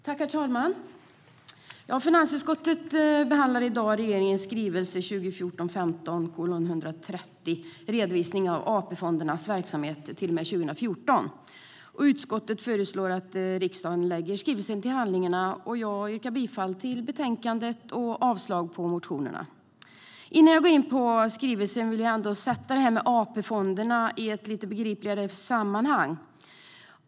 Herr talman! Finansutskottet behandlar i dag regeringens skrivelse 2014/15:130 Redovisning av AP-fondernas verksamhet t.o.m. 2014 . Utskottet föreslår att riksdagen lägger skrivelsen till handlingarna. Jag yrkar bifall till förslaget i betänkandet och avslag på motionerna. Innan jag går in på skrivelsen vill jag sätta det här med AP-fonderna i ett lite begripligare sammanhang.